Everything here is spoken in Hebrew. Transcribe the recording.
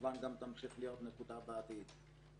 וכמובן תמשיך להיות נקוטה גם בעתיד.